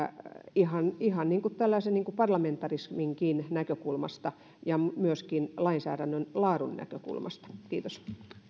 ihan ihan niin kuin parlamentarisminkin näkökulmasta ja myöskin lainsäädännön laadun näkökulmasta kiitos